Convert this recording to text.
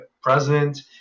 president